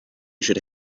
should